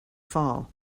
fall